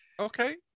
Okay